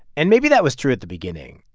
and maybe that was true at the beginning,